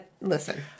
listen